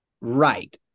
Right